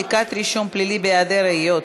מחיקת רישום פלילי בהיעדר ראיות),